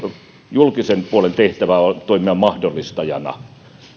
julkisen puolen tehtävänä on toimia mahdollistajana